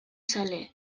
zale